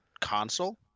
Console